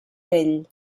vell